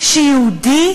שיהודי